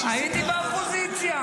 --- הייתי באופוזיציה.